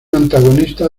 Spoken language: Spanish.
antagonista